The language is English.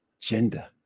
gender